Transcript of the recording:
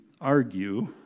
argue